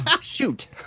Shoot